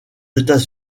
états